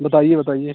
बताइए बताइए